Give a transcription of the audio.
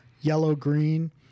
yellow-green